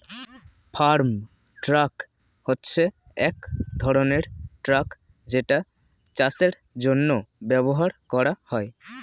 farm truck হচ্ছে এক ধরনের ট্রাক যেটা চাষের জন্য ব্যবহার করা হয়